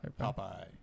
Popeye